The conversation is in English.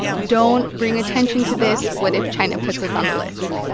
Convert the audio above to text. don't bring attention to this. what if china puts us on the list?